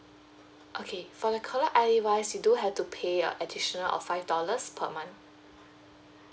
okay for the caller I_D wise you do have to pay of additional of five dollars per month